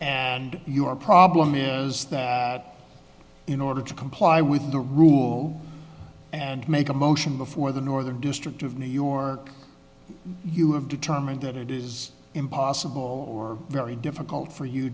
and your problem is that in order to comply with the rule and make a motion before the northern district of new york you have determined that it is impossible or very difficult for you